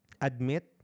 admit